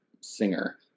singer